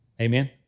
Amen